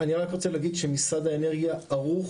אני רק רוצה להגיד שמשרד האנרגיה ערוך